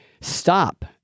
stop